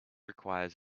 requires